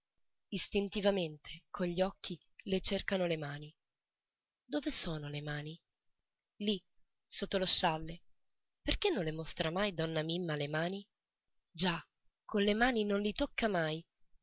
istintivamente con gli occhi le cercano le mani dove sono le mani lì sotto lo scialle perché non le mostra mai donna mimma le mani già con le mani non li tocca mai